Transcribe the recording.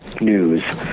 news